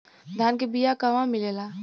धान के बिया कहवा मिलेला?